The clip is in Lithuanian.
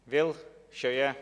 vėl šioje